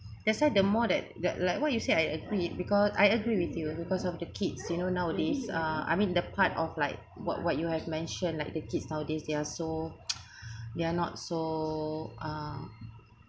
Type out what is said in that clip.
that's why the more that that like why you say I agreed because I agree with you because of the kids you know nowadays uh I mean the part of like what what you have mentioned like the kids nowadays they are so they're not so uh